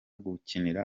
gukinira